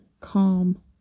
calm